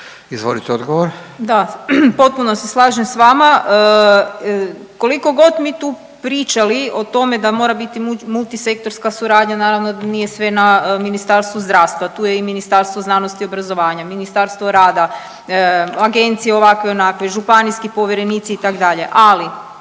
Andreja (SDP)** Da, potpuno se slažem s vama. Kolikogod mi tu pričali o tome da mora biti multisektorska suradnja naravno da nije sve na Ministarstvu zdravstva, tu je i Ministarstvo znanosti i obrazovanja, Ministarstvo rada, agencije ovakve onakve, županijski povjerenici itd., ali